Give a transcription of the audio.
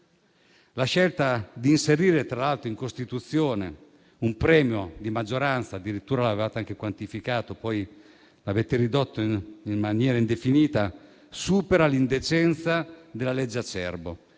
La scelta di inserire in Costituzione un premio di maggioranza, che addirittura avevate anche quantificato e che poi avete ridotto in maniera indefinita, supera l'indecenza della legge Acerbo.